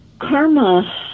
karma